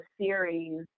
series